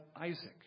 Isaac